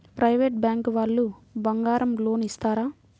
Private bank వాళ్ళు బంగారం loan ఇస్తారా?